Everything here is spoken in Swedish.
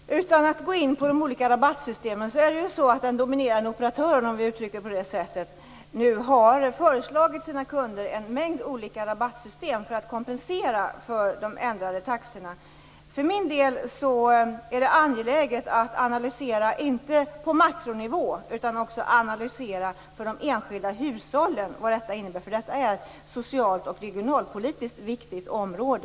Herr talman! Utan att gå in på de olika rabattsystemen kan jag säga att den dominerande operatören, om vi uttrycker det på det sättet, har erbjudit sina kunder en mängd olika rabattsystem för att kompensera för de ändrade taxorna. För min del är det angeläget att analysera effekterna inte bara på makronivå utan också för de enskilda hushållen. Detta är ett socialt och regionalpolitiskt viktigt område.